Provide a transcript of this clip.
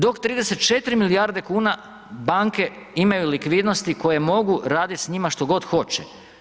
Dok 34 milijarde kuna banke imaju likvidnosti koje mogu raditi s njima što god hoće.